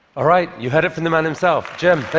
ah right, you heard it from the man himself. jim,